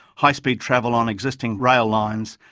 high speed travel on existing rail lines,